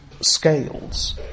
scales